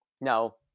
no